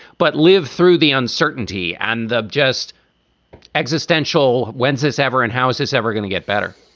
but live through the uncertainty and the just existential. when's this ever and how is this ever going to get better?